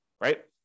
right